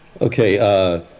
Okay